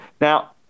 Now